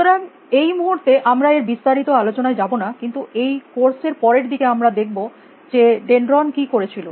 সুতরাং এই মুহুর্তে আমরা এর বিস্তারিত আলোচনায় যাব না কিন্তু এই কোর্স এর পরের দিকে আমরা দেখব যে ডেনড্রন কী করেছিল